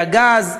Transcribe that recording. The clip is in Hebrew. והגז.